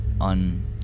on